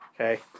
Okay